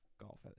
golf